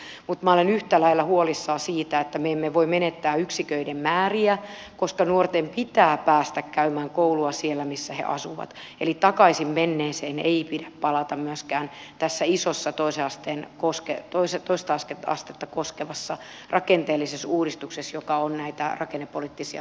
mutta minä olen yhtä lailla huolissani siitä että me emme voi menettää yksiköiden määriä koska nuorten pitää päästä käymään koulua siellä missä he asuvat eli takaisin menneeseen ei pidä palata myöskään tässä isossa toisen asteen koskee toiset ostaa toista astetta koskevassa rakenteellisessa uudistuksessa joka on näitä rakennepoliittisia toimia